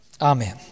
Amen